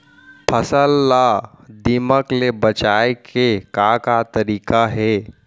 फसल ला दीमक ले बचाये के का का तरीका हे?